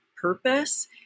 purpose